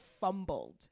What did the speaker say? fumbled